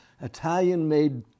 Italian-made